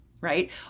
right